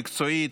מקצועית,